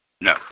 No